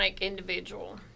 individual